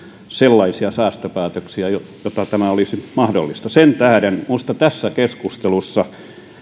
sellaisia säästöpäätöksiä jotta tämä olisi mahdollista sen tähden minusta tässä keskustelussa